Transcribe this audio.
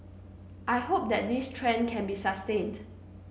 I hope that this trend can be sustained